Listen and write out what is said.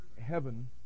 heaven